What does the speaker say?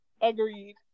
Agreed